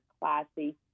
classy